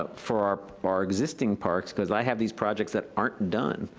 ah for our our existing parks, because i have these projects that aren't done.